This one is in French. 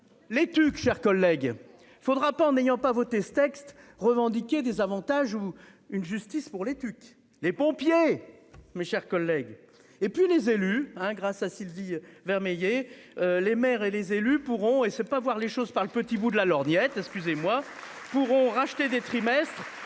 Les TUC, chers collègues. Il faudra pas en n'ayant pas voter ce texte revendiquer des avantages ou une justice pour les étude les pompiers. Mes chers collègues. Et puis les élus hein. Grâce à Sylvie Vermeillet. Les maires et les élus pourront et c'est pas voir les choses par le petit bout de la lorgnette. Plus moi pourront racheter des trimestres